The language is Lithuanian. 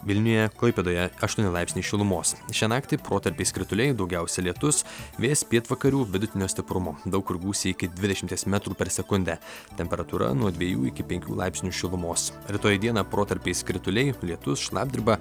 vilniuje klaipėdoje aštuoni laipsniai šilumos šią naktį protarpiais krituliai daugiausiai lietus vėjas pietvakarių vidutinio stiprumo daug kur gūsiai iki dvidešimties metrų per sekundę temperatūra nuo dviejų iki penkių laipsnių šilumos rytoj dieną protarpiais krituliai lietus šlapdriba